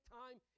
time